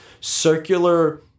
circular